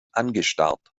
angestarrt